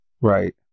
Right